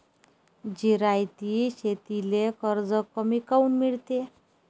जिरायती शेतीले कर्ज कमी काऊन मिळते?